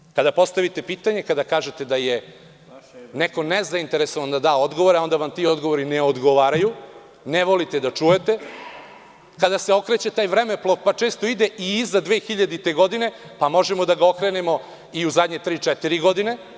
Vreme kada postavite pitanje, kada kažete da je neko nezainteresovan da da odgovore onda vam ti odgovori ne odgovaraju, ne volite da čujete, kada se okreće taj vremeplov pa često ide i iza 2000. godine, pa možemo da ga okrenemo i u zadnje tri, četiri godine.